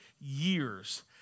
years